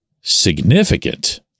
significant